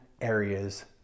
areas